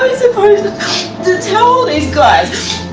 supposed to tell these guys?